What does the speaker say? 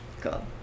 Cool